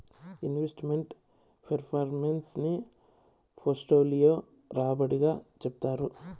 invest meant performance ని portfolio రాబడి గా చెప్తారు